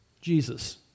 Jesus